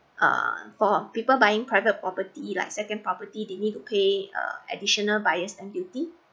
uh for people buying private property like second property they need to pay uh additional buyer's stamp duty